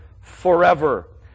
forever